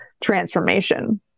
transformation